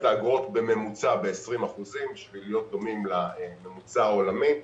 האגרות בממוצע ב-20 אחוזים כדי להיות דומים לממוצע העולמי.